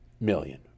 million